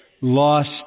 lost